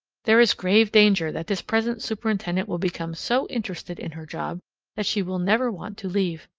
there is grave danger that this present superintendent will become so interested in her job that she will never want to leave.